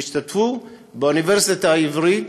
והם השתתפו באוניברסיטה העברית